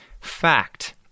fact